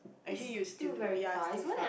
I hear you still do ya is still far